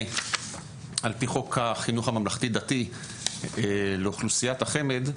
על פי חוק החינוך הממלכתי דתי לאוכלוסיית החמ"ד,